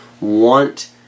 want